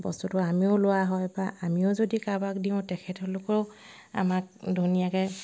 বস্তুটো আমিও লোৱা হয় বা আমিও যদি কাৰোবাক দিওঁ তেখেতলোকেও আমাক ধুনীয়াকৈ